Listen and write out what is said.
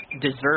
deserve